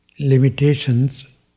limitations